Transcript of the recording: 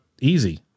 easy